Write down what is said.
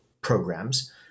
programs